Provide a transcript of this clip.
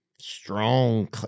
strong